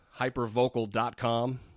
hypervocal.com